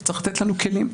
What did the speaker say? צריך לתת לנו כלים.